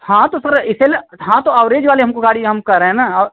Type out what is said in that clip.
हाँ तो सर इसलिए हाँ तो अवरेज वाली हमको गाड़ी हम कहे रहे हैं न और